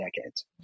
decades